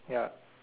ya